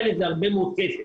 זה הרבה מאוד כסף.